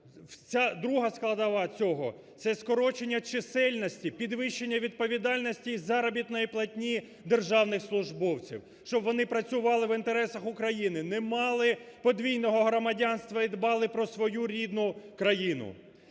Друга складова цього. Це скорочення чисельності, підвищення відповідальності і заробітної платні державних службовців, щоб вони працювали в інтересах країни, не мали подвійного громадянства і дбали про свою рідну країну.